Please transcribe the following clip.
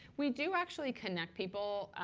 we do actually connect people.